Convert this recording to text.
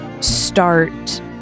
start